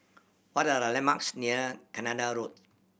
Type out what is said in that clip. what are the landmarks near Canada Road